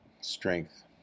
strength